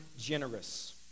generous